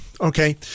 okay